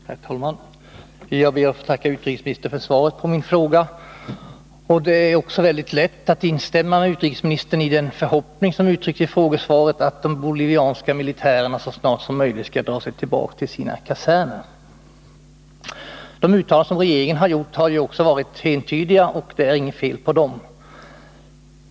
Herr talman! Jag ber att få tacka utrikesministern för svaret på min fråga. Det är väldigt lätt att instämma med utrikesministern i den förhoppning som uttrycks i frågesvaret, att de bolivianska militärerna så snart som möjligt skall dra sig tillbaka till sina kaserner. De uttalanden som regeringen gjort har också varit entydiga; det är inget fel på dem.